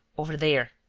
over there.